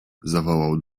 zawołał